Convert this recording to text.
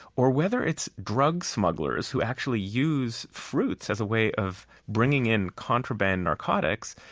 or whether it's drug smugglers who actually use fruits as a way of bringing in contraband narcotics,